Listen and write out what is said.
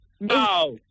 No